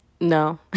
No